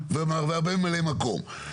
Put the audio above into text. והרבה ממלאי מקום.